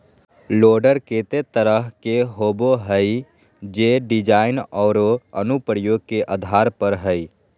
loader केते तरह के होबो हइ, जे डिज़ाइन औरो अनुप्रयोग के आधार पर हइ